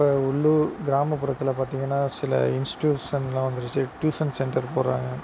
இப்போ உள்ளுர் கிராமப்புறத்தில் பார்த்தீங்கன்னா சில இன்ஸ்டியூசனெலாம் வந்துடுச்சு டியூசன் சென்டர் போகிறாங்க